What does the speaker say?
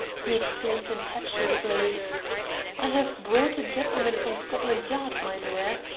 he exclaimed impetuously i have brought a gentleman from scotland yard, my dear.